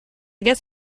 guess